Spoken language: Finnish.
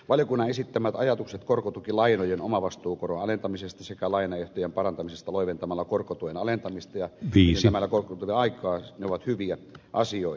valiokunnan esittämät ajatukset korkotukilainojen omavastuukoron alentamisesta sekä lainaehtojen parantamisesta loiventamalla korkotuen alentamista ja pidentämällä korkotukiaikaa ovat hyviä asioita